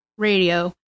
Radio